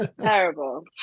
terrible